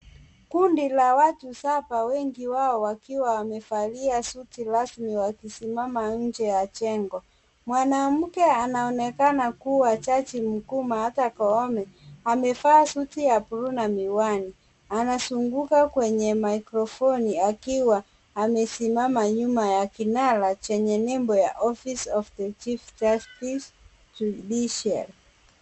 Kundi la watu saba, wengi wao wakiwa wamevalia suti rasmi wakisimama nnje ya jengo. Mwanamke anaonekana kuwa jaji mkuu wa Martha Koome, amevaa suti ya bluu na miwani. Anazunguka kwenye maikrofoni akiwa amesimama nyuma ya kinara chenye nembo ya Office Of The Chief Justice Judiciary .